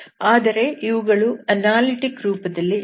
ಆದರೆ ಇವುಗಳು ಅನಾಲಿಟಿಕ್ ರೂಪದಲ್ಲಿ ಇಲ್ಲ